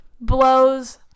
Blows